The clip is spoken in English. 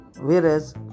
whereas